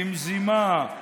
למזימה,